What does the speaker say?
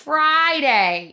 Friday